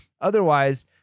otherwise